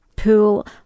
pool